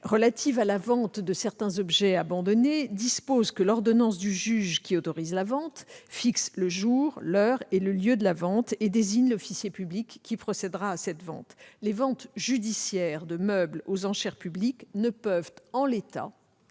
relative à la vente de certains objets abandonnés- cela date évidemment un peu ! -dispose que l'ordonnance du juge qui autorise la vente fixe le jour, l'heure et le lieu de la vente et désigne l'officier public qui procédera à cette vente. Les ventes judiciaires de meubles aux enchères publiques ne peuvent en l'état